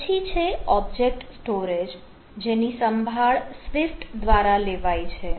પછી છે object storage જેની સંભાળ સ્વીફ્ટ દ્વારા થાય છે